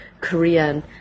Korean